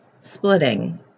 Splitting